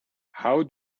how